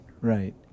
right